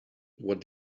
what